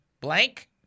blank